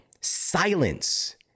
silence